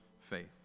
faith